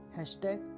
Hashtag